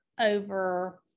over